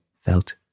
felt